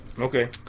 Okay